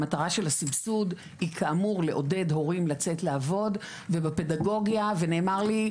המטרה של הסבסוד היא כאמור לעודד הורים לצאת לעבוד ובפדגוגיה ונאמר לי,